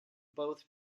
both